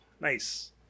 nice